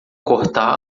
cortá